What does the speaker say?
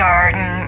Garden